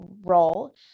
role